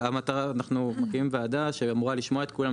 אנחנו מקימים ועדה שאמורה לשמוע את כולם,